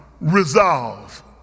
resolve